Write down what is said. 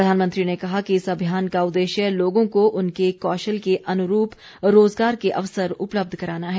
प्रधानमंत्री ने कहा कि इस अभियान का उद्देश्य लोगों को उनके कौशल के अनुरूप रोजगार के अवसर उपलब्ध कराना है